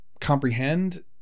comprehend